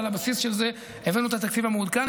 ועל הבסיס של זה הבאנו את התקציב המעודכן.